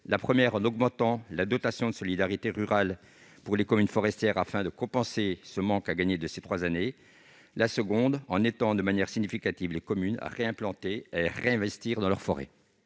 : premièrement, en augmentant la dotation de solidarité rurale pour les communes forestières afin de compenser le manque à gagner de ces trois années ; deuxièmement, en aidant de manière significative les communes à repeupler leurs forêts